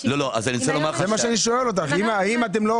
אבל אנחנו לא מייצרים חובות חדשים.